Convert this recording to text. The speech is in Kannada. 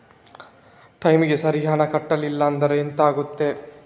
ಟೈಮಿಗೆ ಸರಿ ಹಣ ಕಟ್ಟಲಿಲ್ಲ ಅಂದ್ರೆ ಎಂಥ ಆಗುತ್ತೆ?